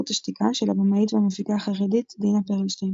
השתיקה" של הבמאית והמפיקה החרדית דינה פרלשטיין.